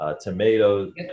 tomatoes